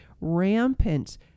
rampant